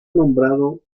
nombrado